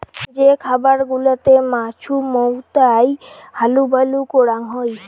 যে খামার গুলাতে মাছুমৌতাই হালুবালু করাং হই